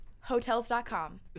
hotels.com